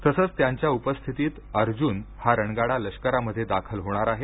तसंच त्यांच्या उपस्थितीत अर्जुन हा रणगाडा लष्करामध्ये दाखल होणार आहे